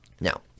Now